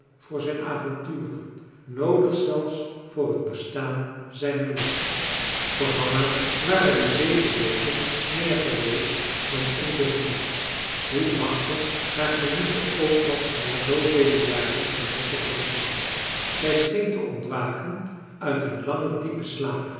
voor zijn avontuur noodig zelfs voor het bestaan zijner liefde voor hanna waren die zeven weken meer geweest dan enkel genot hoe machtig haar genieten ook was na zoovele jaren van doffe berusting zij scheen te ontwaken uit een langen diepen slaap